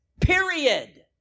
period